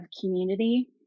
community